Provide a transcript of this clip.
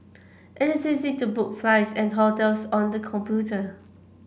it is easy to book flights and hotels on the computer